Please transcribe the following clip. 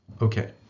Okay